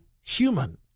human